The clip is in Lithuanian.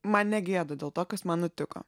man negėda dėl to kas man nutiko